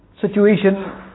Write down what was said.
situation